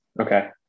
Okay